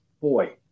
Boy